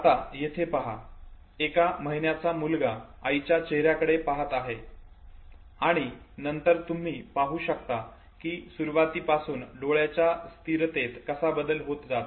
आता येथे पहा एका महिन्याचा मुलगा आईच्या चेहऱ्याकडे पाहात आहे आणि नंतर तुम्ही पाहू शकता कि सुरवातीपासून डोळ्याच्या स्थिरतेत कसा बदल होत जातो